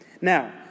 Now